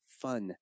fun